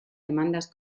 demandas